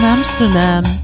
Amsterdam